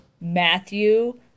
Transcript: Matthew